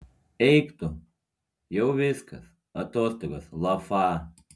eik tu jau viskas atostogos lafa